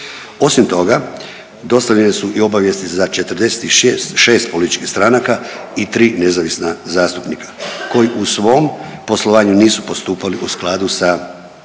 Osim toga, dostavljene su i obavijesti za 46 političkih stranaka i 3 nezavisna zastupnika koji u svom poslovanju nisu postupali u skladu sa